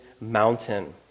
mountain